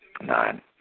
Nine